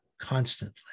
constantly